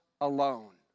alone